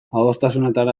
adostasunetara